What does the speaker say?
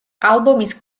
ალბომის